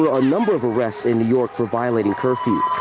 a number of arrests in new york for violating curfew.